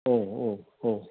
औ औ औ